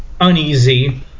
uneasy